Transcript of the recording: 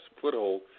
foothold